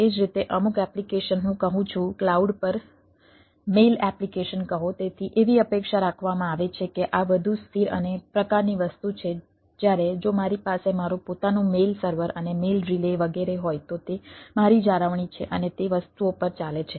એ જ રીતે અમુક એપ્લિકેશન હું કહું છું ક્લાઉડ પર મેઇલ વગેરે હોય તો તે મારી જાળવણી છે અને તે વસ્તુઓ પર ચાલે છે